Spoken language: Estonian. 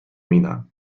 mina